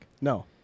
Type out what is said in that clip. no